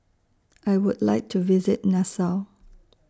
I Would like to visit Nassau